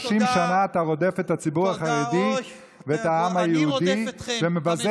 30 שנה אתה רודף את הציבור החרדי ואת העם היהודי ומבזה